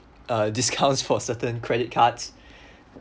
uh discounts for certain credit cards